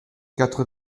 quatre